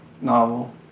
novel